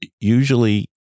usually